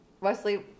wesley